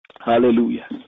Hallelujah